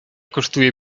kosztuje